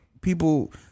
people